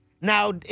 Now